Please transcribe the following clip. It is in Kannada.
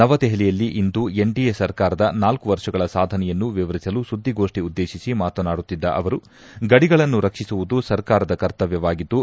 ನವದೆಹಲಿಯಲ್ಲಿಂದು ಎನ್ಡಿಎ ಸರ್ಕಾರದ ನಾಲ್ಲು ವರ್ಷಗಳ ಸಾಧನೆಯನ್ನು ವಿವರಿಸಲು ಸುದ್ದಿಗೋಷ್ಠಿ ಉದ್ದೇತಿಸಿ ಮಾತನಾಡುತ್ತಿದ್ದ ಅವರು ಗಡಿಗಳನ್ನು ರಕ್ಷಿಸುವುದು ಸರ್ಕಾರದ ಕರ್ತವ್ಯವಾಗಿದ್ದು